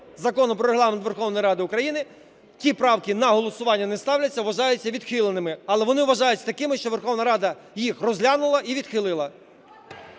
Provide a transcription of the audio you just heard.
Закону "Про Регламент Верховної Ради України" ті правки на голосування не ставляться і вважаються відхиленими, але вони вважаються такими, що Верховна Рада їх розглянула і відхилила.